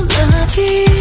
lucky